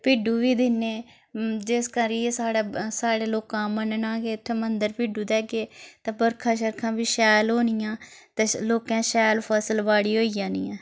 भिड्डु बी दिन्ने जिसकरियै साढ़े साढ़े लोकां मन्नना ऐ के मंदर भिड्डु देगे तां बरखा छरखा बी शैल होनियां ते लोकें शैल फसल बाड़ी होई जानी ऐ